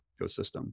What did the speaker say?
ecosystem